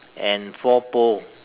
and four pole